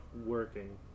working